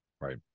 right